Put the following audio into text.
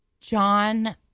John